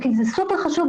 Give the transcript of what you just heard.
כי זה סופר חשוב,